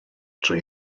drwy